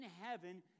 heaven